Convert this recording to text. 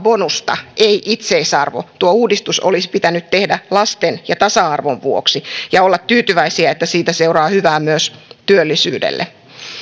bonusta ei itseisarvo tuo uudistus olisi pitänyt tehdä lasten ja tasa arvon vuoksi ja olla tyytyväisiä että siitä seuraa hyvää myös työllisyydelle